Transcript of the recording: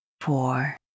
four